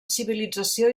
civilització